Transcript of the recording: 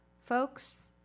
folks